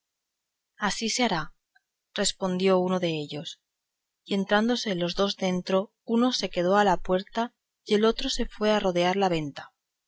se hará respondió uno dellos y entrándose los dos dentro uno se quedó a la puerta y el otro se fue a rodear la venta